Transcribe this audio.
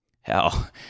Hell